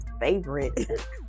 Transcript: favorite